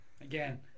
Again